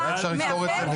אולי אפשר לפתור את זה.